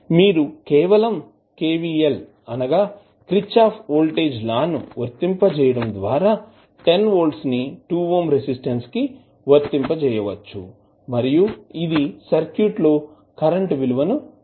మీరు కేవలం KVL ను వర్తింపజేయడం ద్వారా 10 వోల్ట్స్ ని 2 ఓం రెసిస్టన్స్ కి వర్తింపచేయవచ్చు మరియు ఇది సర్క్యూట్లో కరెంట్ విలువను నిర్వచిస్తుంది